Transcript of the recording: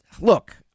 look